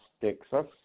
Texas